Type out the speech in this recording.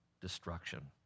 destruction